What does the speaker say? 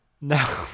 No